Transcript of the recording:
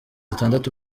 atandatu